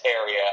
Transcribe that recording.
area